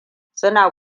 suna